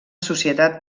societat